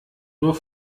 nur